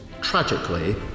tragically